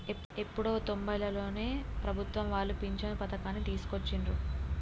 ఎప్పుడో తొంబైలలోనే ప్రభుత్వం వాళ్ళు పించను పథకాన్ని తీసుకొచ్చిండ్రు